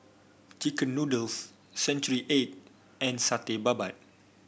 chicken noodles Century Egg and Satay Babat